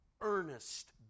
earnest